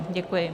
Děkuji.